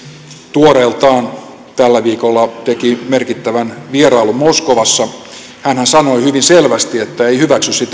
tuoreeltaan tällä viikolla teki merkittävän vierailun moskovaan hänhän sanoi hyvin selvästi että ei hyväksy